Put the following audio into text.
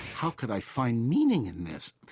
how could i find meaning in this?